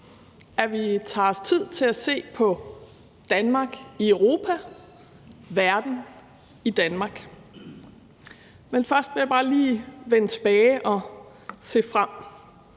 at vi tager os tid til at se på Danmark i Europa, verden i Danmark. Men først vil jeg bare lige vende tilbage og se